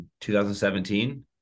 2017